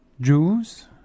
Jews